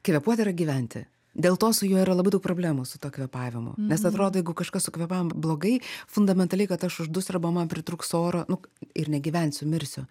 kvėpuot yra gyventi dėl to su juo yra labai daug problemų su tuo kvėpavimu nes atrodo jeigu kažkas su kvėpavimu blogai fundamentaliai kad aš uždusiu arba man pritrūks oro nu ir negyvensiu mirsiu